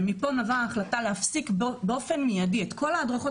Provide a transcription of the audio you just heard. ומפה נבעה ההחלטה להפסיק באופן מידי את כל ההדרכות